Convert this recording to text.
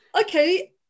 Okay